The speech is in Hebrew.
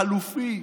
החלופי,